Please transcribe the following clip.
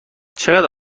چقدر